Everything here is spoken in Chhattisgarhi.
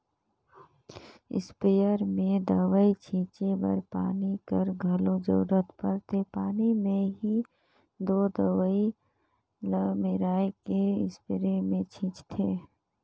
इस्पेयर में दवई छींचे बर पानी कर घलो जरूरत परथे पानी में ही दो दवई ल मेराए के इस्परे मे छींचथें